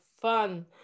fun